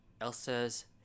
Elsa's